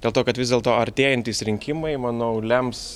dėl to kad vis dėlto artėjantys rinkimai manau lems